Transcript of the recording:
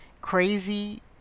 crazy